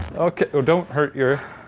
okay, oh don't hurt your.